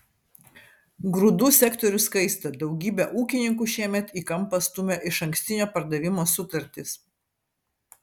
grūdų sektorius kaista daugybę ūkininkų šiemet į kampą stumia išankstinio pardavimo sutartys